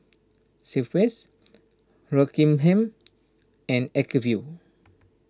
Schweppes Rockingham and Acuvue